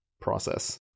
process